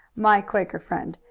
my quaker friend,